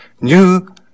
new